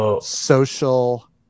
social